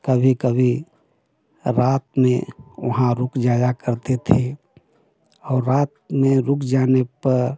कभी कभी रात में वहाँ रुक जाया करते थे और रात में रुक जाने पर